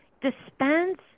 dispense